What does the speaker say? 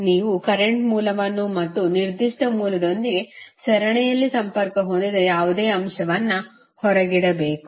ನೀವು ಕರೆಂಟ್ ಮೂಲವನ್ನು ಮತ್ತು ನಿರ್ದಿಷ್ಟ ಮೂಲದೊಂದಿಗೆ ಸರಣಿಯಲ್ಲಿ ಸಂಪರ್ಕ ಹೊಂದಿದ ಯಾವುದೇ ಅಂಶವನ್ನು ಹೊರಗಿಡಬೇಕು